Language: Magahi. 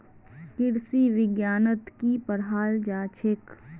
कृषि विज्ञानत की पढ़ाल जाछेक